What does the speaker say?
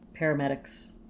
paramedics